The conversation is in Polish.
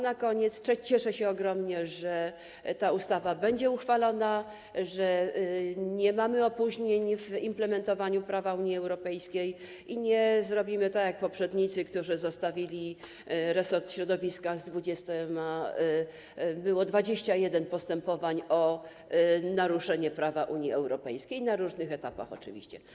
Na koniec powiem, że cieszę się ogromnie, iż ta ustawa będzie uchwalona, że nie mamy opóźnień w implementowaniu prawa Unii Europejskiej i nie zrobimy tak jak poprzednicy, którzy zostawili resort środowiska w takiej sytuacji, że było 21 postępowań o naruszenie prawa Unii Europejskiej, na różnych etapach oczywiście.